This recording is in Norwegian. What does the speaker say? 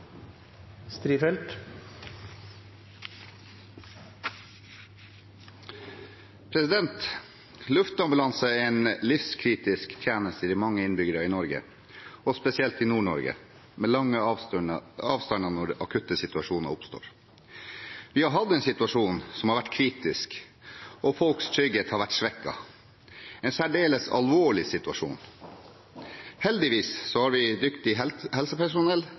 Finnmark? Luftambulanse er en livsviktig tjeneste for mange innbyggere i Norge, spesielt i Nord-Norge, med lange avstander når akutte situasjoner oppstår. Vi har hatt en situasjon som har vært kritisk. Folks trygghet har vært svekket – en særdeles alvorlig situasjon. Heldigvis har vi dyktig helsepersonell